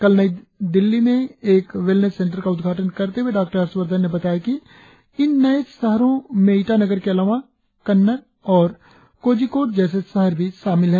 कल दिल्ली में एक वेलनेस सेंटर का उद्घाटन करते हुए डॉ हर्षवर्धन ने बताया कि इन नए शहरों ने ईटानगर के अलावा कन्नर और कोजिकोड जैसे शहर भी शामिल है